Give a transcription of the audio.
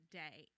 day